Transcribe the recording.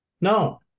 No